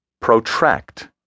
Protract